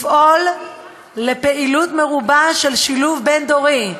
לפעול לפעילות מרובה של שילוב בין-דורי,